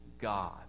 God